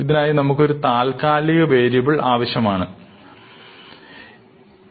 ഇതിനായി നമുക്കൊരു ഒരു താൽക്കാലിക വേരിയബിൾ ആവശ്യമാണ് ആണ്